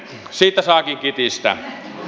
siitä saakin kitistä